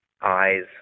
eyes